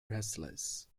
restless